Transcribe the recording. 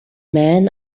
man